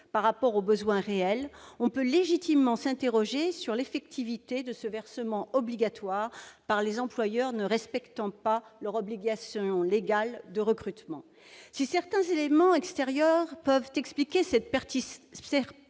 par rapport aux besoins réels, on peut légitimement s'interroger sur l'effectivité du versement obligatoire par les employeurs ne respectant pas leur obligation légale de recrutement. Si certains éléments extérieurs comme l'âge moyen